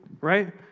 right